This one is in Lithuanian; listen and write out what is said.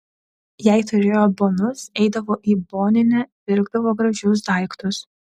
jei turėjo bonus eidavo į boninę pirkdavo gražius daiktus